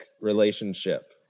relationship